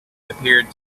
appeared